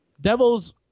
Devil's